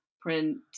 print